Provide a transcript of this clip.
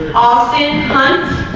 austin hunt